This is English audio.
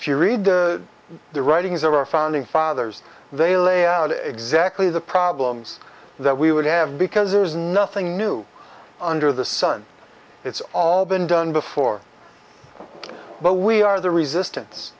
if you read the writings of our founding fathers they lay out exactly the problems that we would have because there is nothing new under the sun it's all been done before but we are the resistance